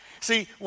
See